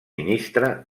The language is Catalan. ministre